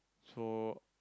so